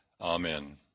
Amen